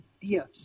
Yes